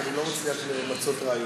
כי אני לא מצליח למצות את הרעיון.